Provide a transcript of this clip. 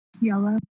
Yellow